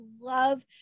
love